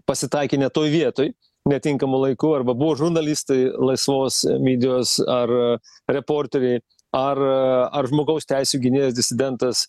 pasitaikė ne toj vietoj netinkamu laiku arba buvo žurnalistai laisvos midijos ar reporteriai ar ar žmogaus teisių gynėjas disidentas